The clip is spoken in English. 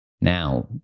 Now